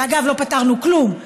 ואגב, לא פתרנו כלום,